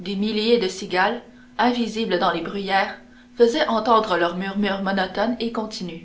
des milliers de cigales invisibles dans les bruyères faisaient entendre leur murmure monotone et continu